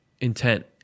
intent